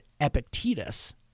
Epictetus